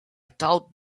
taught